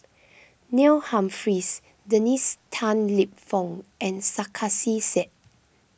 Neil Humphreys Dennis Tan Lip Fong and Sarkasi Said